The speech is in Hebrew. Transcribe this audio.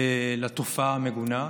לתופעה המגונה.